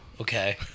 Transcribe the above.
Okay